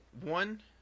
one